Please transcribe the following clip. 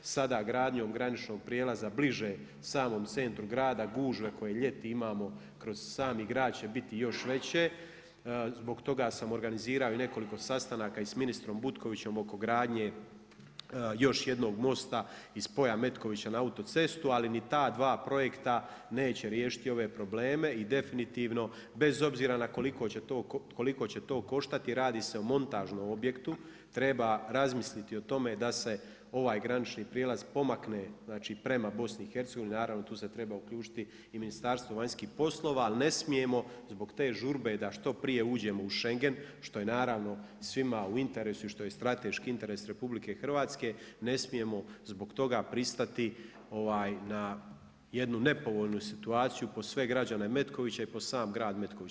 Sada gradnjom graničnog prijelaza bliže samom centra grada gužve koje ljeti imamo kroz sami grad će biti još veće, zbog toga sam i organizirao i nekoliko sastanaka i s ministrom Butkovićem oko gradnje još jednog mosta i spoja Metkovića na autocestu, ali ni ta dva projekta neće riješiti ove problem i definitivno, bez obzira na koliko će to koštati, radi se o montažnom objektu, treba razmisliti o tome da se ovaj granični prijelaz pomakne znači prema BiH-u, naravno tu se treba uključiti i Ministarstvo vanjskih poslova, ali ne smijemo zbog te žurbe da što prije uđemo u Schengen, što je naravno svima u interesu, i što je strateški interes RH, ne smijemo zbog toga pristati na jednu nepovoljnu situaciju po sve građane Metkovića i po sam grad Metković.